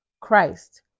christ